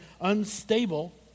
unstable